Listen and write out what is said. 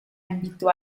invitó